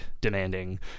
demanding